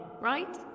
right